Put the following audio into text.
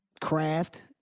craft